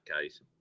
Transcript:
case